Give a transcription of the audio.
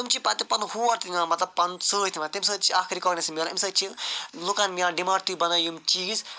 تِم چھِ پتہٕ پنُن ہور تہِ یِوان مطلب پنُن سۭتۍ یِوان تَمہِ سۭتۍ چھِ اکھ رِکاگنیزیٚشن میلان اَمہِ سۭتۍ چھِ لُکن میلان ڈیمانٛڈ تُہۍ بنٲوِو یِم چیٖز